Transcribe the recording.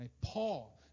Paul